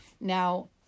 now